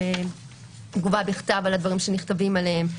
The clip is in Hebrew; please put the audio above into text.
תגובה בכתב על הדברים שנכתבים עליהם,